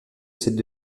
cette